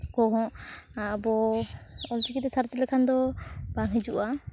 ᱠᱚᱦᱚᱸ ᱟᱵᱚ ᱚᱞᱪᱤᱠᱤᱛᱮ ᱥᱟᱨᱪ ᱞᱮᱠᱷᱟᱱ ᱫᱚ ᱵᱟᱝ ᱦᱤᱡᱩᱜᱼᱟ